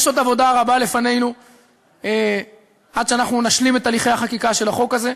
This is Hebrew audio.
יש עוד עבודה רבה לפנינו עד שאנחנו נשלים את הליכי החקיקה של החוק הזה.